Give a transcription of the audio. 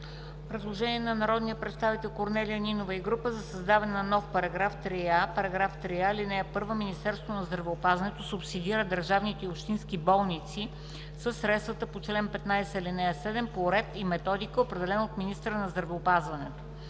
Предложение на народния представител Корнелия Нинова и група за създаване на нов § 3а: „§ За. (1) Министерството на здравеопазването субсидира държавните и общински болници със средствата по чл. 15, ал. 7, по ред и методика, определени от министъра на здравеопазването.